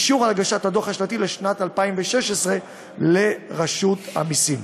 אישור על הגשת הדוח השנתי לשנת 2016 לרשות המסים.